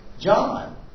John